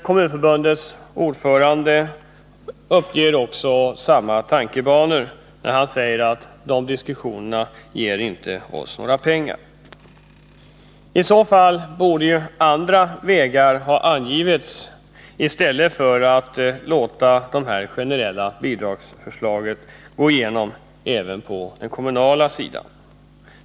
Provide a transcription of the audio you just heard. Kommunförbundets ordförande är inne på samma tanke när han säger att ”de diskussionerna ger inte oss några pengar”. I så fall borde andra vägar ha angivits, och man borde inte låta de generella investeringsavdragen få slå igenom på den kommunala sidan.